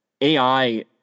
AI